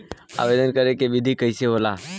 आवेदन करे के विधि कइसे होला?